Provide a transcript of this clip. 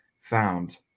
found